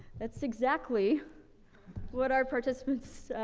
that's exactly what our participants,